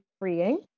freeing